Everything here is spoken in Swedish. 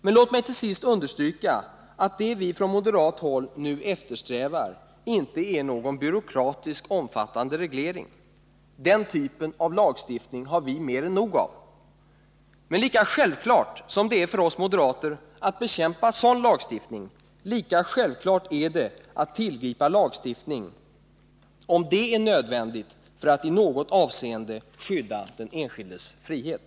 Men låt mig till sist understryka att det vi från moderat håll nu eftersträvar inte är någon byråkratiskt omfattande reglering. Den typen av lagstiftning har vi mer än nog av. Men lika självklart som det är för oss moderater att bekämpa sådan lagstiftning, lika självklart är det att tillgripa lagstiftning om det är nödvändigt för att i något avseende skydda den enskildes frihet.